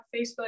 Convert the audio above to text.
Facebook